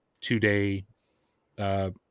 two-day